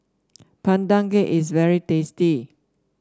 Pandan Cake is very tasty